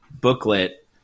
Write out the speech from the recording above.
booklet